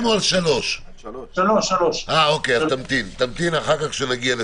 בהליכי יחידים, הייצוג של